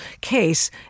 case